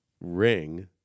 ring